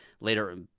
later